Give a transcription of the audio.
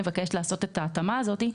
נבקש לעשות את ההתאמה הזאת,